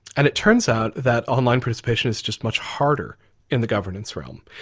and it turns out that online participation is just much harder in the governance realm.